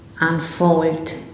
unfold